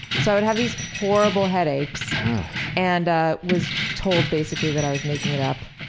so i would have these horrible headaches and ah was told basically that i was making it up.